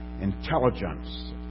intelligence